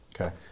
Okay